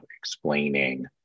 explaining